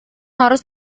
harus